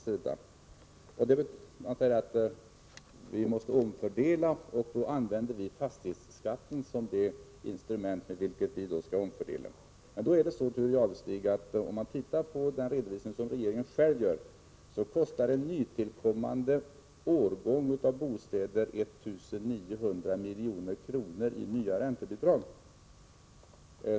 Socialdemokraterna säger att vi måste omfördela och att fastighetsskatten är det instrument med vilket vi skall omfördela. Men om vi ser på den redovisning som regeringen själv gör, Thure Jadestig, finner vi att kostnaden för en nytillkommande årgång av bostäder blir 1 900 milj.kr. i nya räntebidrag.